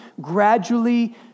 gradually